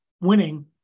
winning